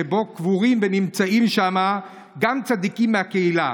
שבו קבורים ונמצאים גם צדיקים מהקהילה.